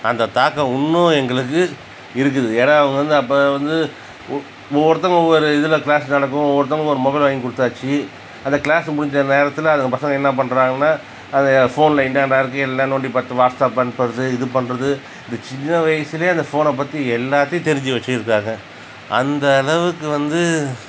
அந்த தாக்கம் இன்னும் எங்களுக்கு இருக்குது ஏன்னா அவங்க வந்து அப்போ வந்து ஒ ஒவ்வொருத்தங்க ஒவ்வொரு இதில் கிளாஸ் நடக்கும் ஒவ்வொருத்தங்க மொபைல் வாங்கிக் கொடுத்தாச்சி அந்த கிளாஸ் முடிஞ்ச நேரத்தில் அந்த பசங்க என்ன பண்ணுறாங்கனா அதே ஃபோனில் என்னன்னா இருக்கு எல்லா நோன்டிப்பார்த்து வாட்ஸ்அப் அனுப்புகிறது இது பண்ணுறது இந்த சின்ன வயசில அந்த ஃபோனைப் பற்றி எல்லாத்தையும் தெரிஞ்சு வச்சியிருக்காங்க அந்தளவுக்கு வந்து